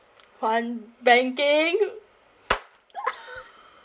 one banking